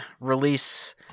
release